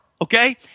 okay